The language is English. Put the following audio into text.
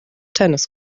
tennis